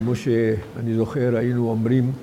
כמו שאני זוכר היינו אומרים